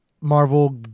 Marvel